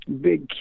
big